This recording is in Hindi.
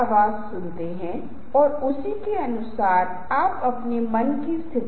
वह सब मैं इस विशेष क्षण में आपके साथ साझा करना चाहूंगा